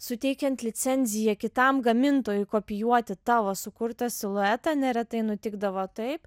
suteikiant licenziją kitam gamintojui kopijuoti tavo sukurtą siluetą neretai nutikdavo taip